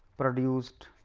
but produced